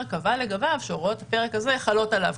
קבע לגביו שהוראות הפרק הזה חלות עליו.